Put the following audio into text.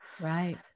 Right